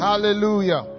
hallelujah